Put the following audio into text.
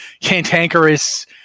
cantankerous